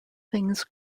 things